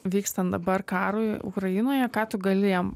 vykstant dabar karui ukrainoje ką tu gali jam